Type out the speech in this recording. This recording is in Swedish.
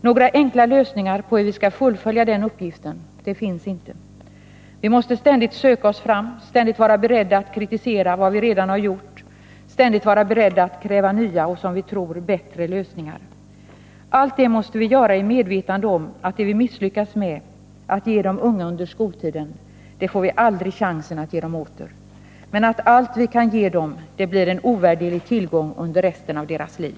Några enkla lösningar på hur vi skall fullfölja den uppgiften finns inte. Vi måste ständigt söka oss fram, ständigt vara beredda att kritisera vad vi redan gjort, ständigt vara beredda att kräva nya och som vi tror bättre lösningar. Allt detta måste vi göra i medvetandet om att det vi misslyckas med att ge de unga under skoltiden får vi aldrig chansen att ge dem åter, men att allt vi kan ge dem blir en ovärderlig tillgång under resten av deras liv.